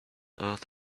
earth